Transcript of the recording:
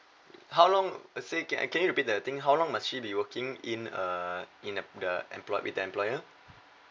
how long say can can you repeat the thing how long must she be working in uh in uh the employed with the employer